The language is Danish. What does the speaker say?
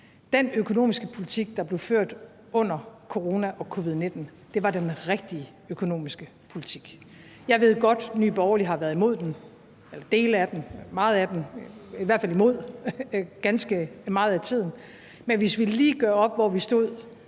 Den økonomiske politik, der blev ført under corona, covid-19, var den rigtige økonomiske politik. Jeg ved godt, Nye Borgerlige har været imod dele af den, i hvert fald ganske meget af tiden. Men hvis vi lige gør op, hvor vi stod,